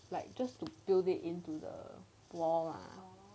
like just building in a wall lah